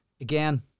Again